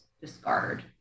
discard